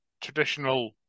traditional